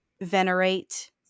venerate